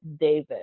David